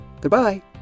Goodbye